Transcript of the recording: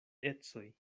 ecoj